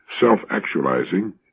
self-actualizing